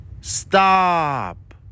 Stop